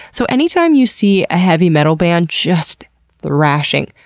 so, anytime you see a heavy metal band just thrashing,